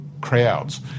crowds